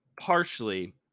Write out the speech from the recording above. partially